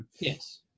Yes